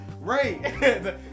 Right